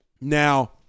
Now